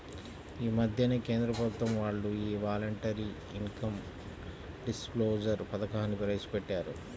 యీ మద్దెనే కేంద్ర ప్రభుత్వం వాళ్ళు యీ వాలంటరీ ఇన్కం డిస్క్లోజర్ పథకాన్ని ప్రవేశపెట్టారు